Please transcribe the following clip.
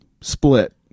split